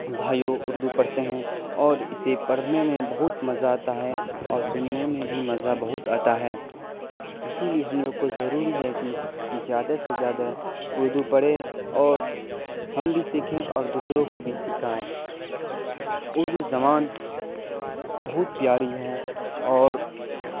بھائیو اردو پڑھتے ہیں اور اسے پڑھنے میں بہت مزہ آتا ہے اور سننے میں بھی مزہ بہت آتا ہے اسی لیے ہم لوگ کو ضروری ہے کہ زیادہ سے زیادہ اردو پڑھے اور ہم بھی سیکھیں اور دوسروں کو بھی سکھائیں اردو زبان بہت پیاری ہے اور